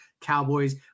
Cowboys